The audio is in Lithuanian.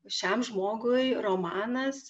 šiam žmogui romanas